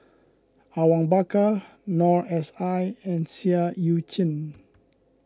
Awang Bakar Noor S I and Seah Eu Chin